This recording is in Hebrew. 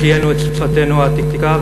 החיינו את שפתנו העתיקה,